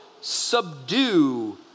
subdue